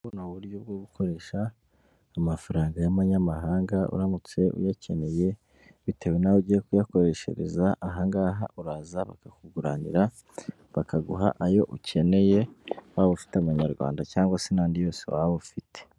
Buno buryo bwo gukoresha amafaranga y'abanyamahanga uramutse uyakeneye bitewe naho ugiye kuyakoreshereza ahangaha uraza bakakuguranira bakaguha ayo ukeneye waba ufite amanyarwanda cyangwa se n'andi yose waba ufite.